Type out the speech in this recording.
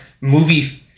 movie